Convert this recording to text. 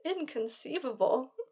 Inconceivable